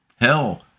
Hell